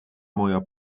moja